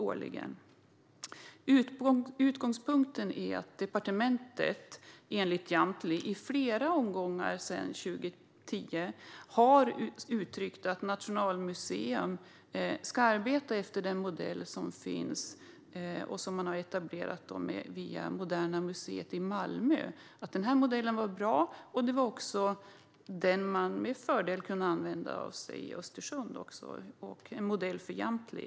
Enligt Jamtli har departementet i flera omgångar sedan 2010 uttryckt att Nationalmuseum ska arbeta efter den modell som har etablerats på Moderna museet i Malmö, att modellen var bra och den som man med fördel kunde använda sig av i Östersund - en modell för Jamtli.